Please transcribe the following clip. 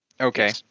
Okay